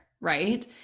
right